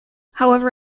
however